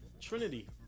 Trinity